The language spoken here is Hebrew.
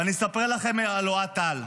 ואני אספר לכם על אוהד טל.